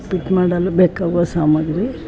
ಉಪ್ಪಿಟ್ಟು ಮಾಡಲು ಬೇಕಾಗುವ ಸಾಮಗ್ರಿ